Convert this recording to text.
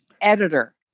editor